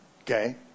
Okay